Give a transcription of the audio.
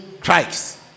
Christ